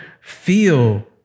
feel